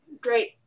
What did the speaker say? Great